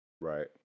right